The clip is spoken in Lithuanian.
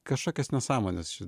kažkokias nesąmones čia